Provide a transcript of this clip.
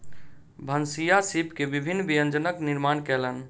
भनसिया सीप के विभिन्न व्यंजनक निर्माण कयलैन